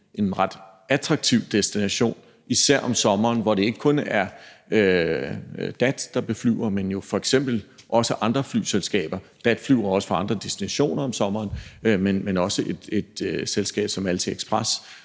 en ret attraktiv destination, især om sommeren, hvor det ikke kun er DAT, der beflyver Bornholm, men også andre flyselskaber. DAT flyver også til andre destinationer om sommeren, men også et selskab som Alsie Express